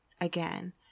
again